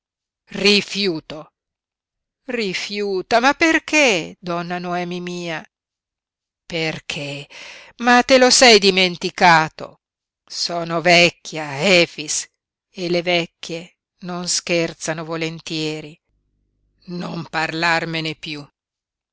rifiuta rifiuto rifiuta ma perché donna noemi mia perché ma te lo sei dimenticato sono vecchia efix e le vecchie non scherzano volentieri non parlarmene piú